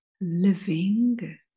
living